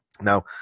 Now